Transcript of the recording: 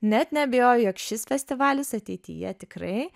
net neabejoju jog šis festivalis ateityje tikrai